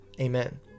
Amen